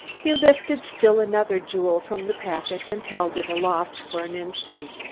he lifted still another jewel from the packet and held it aloft for an instant.